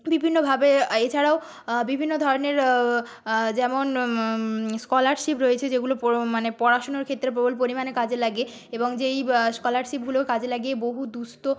বিভিন্নভাবে এছাড়াও বিভিন্ন ধরনের যেমন স্কলারশিপ রয়েছে যেগুলো মানে পড়াশুনোর ক্ষেত্রে প্রবল পরিমাণে কাজে লাগে এবং যেই স্কলারশিপগুলো কাজে লাগিয়ে বহু দুঃস্থ